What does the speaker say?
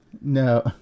No